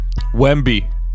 Wemby